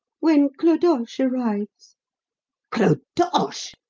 when clodoche arrives clodoche!